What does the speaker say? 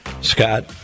Scott